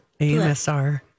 AMSR